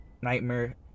nightmare